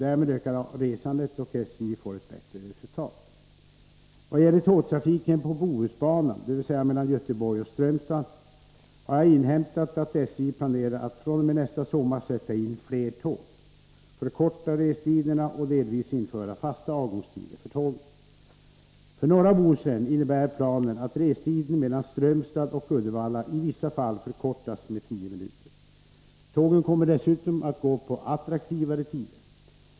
Därmed ökar resandet, och SJ får ett bättre resultat. Vad gäller tågtrafiken på Bohusbanan, dvs. mellan Göteborg och Strömstad, har jag inhämtat att SJ planerar att fr.o.m. nästa sommar sätta in fler tåg, förkorta restiderna och delvis införa fasta avgångstider för tågen. För norra Bohuslän innebär planen att restiden mellan Strömstad och Uddevalla i vissa fall förkortas med 10 minuter. Tågen kommer dessutom att gå på attraktivare tider.